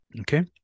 Okay